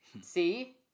See